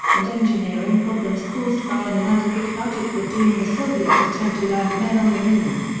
and engineering problems caused by an inadequate budget would doom the soviet attempt to land men on the moon.